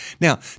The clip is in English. Now